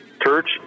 Church